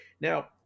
Now